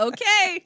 Okay